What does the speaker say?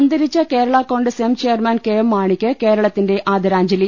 അന്തരിച്ച Kerala Congress M chairman K M മാണിക്ക് കേരളത്തിന്റെ ആദരാഞ്ജലി